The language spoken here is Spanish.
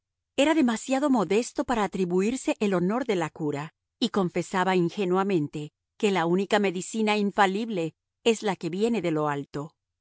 era demasiado modesto para atribuirse el honor de la cura y confesaba ingenuamente que la única medicina infalible es la que viene de lo alto